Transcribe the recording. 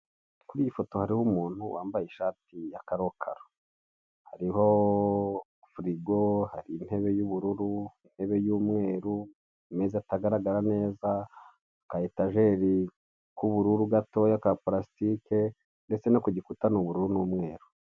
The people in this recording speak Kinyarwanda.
Kuri iyi foto hariho umuntu wambaye ishati ya karokaro, hariho firigo, hari intebe y'ubururu, intebe y'umweru, imeze atagaragara neza, aka etajeri k'ubururu gatoya ka palasitike ndetse no ku gikuta n'ubururu n'umweru.